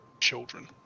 children